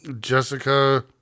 Jessica